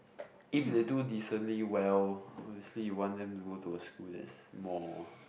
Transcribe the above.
if they do decently well obviously you want them to go to a school that's more